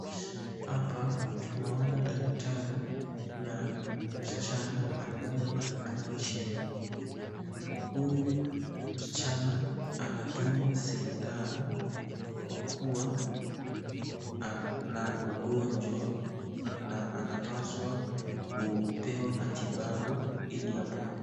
Hapa tunaona daktari na mgonjwa ambaye anakaa jini, huyu msichana andungwa sindano kwa kuwa ana ugonjwa na anapaswa kupewa matibabu ili apone.